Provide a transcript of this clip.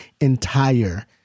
entire